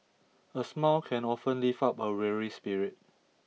a smile can often lift up a weary spirit